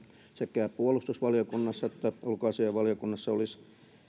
sekä puolustusvaliokunnassa että ulkoasiainvaliokunnassa olisi